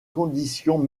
conditions